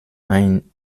ein